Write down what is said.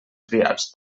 criats